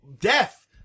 Death